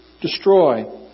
destroy